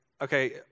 okay